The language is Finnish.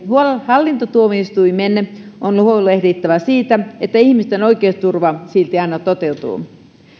hallintotuomioistuimen on huolehdittava siitä että ihmisten oikeusturva silti aina toteutuu